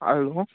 hello